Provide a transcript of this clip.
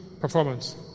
performance